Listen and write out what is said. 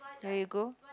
there you go